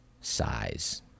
size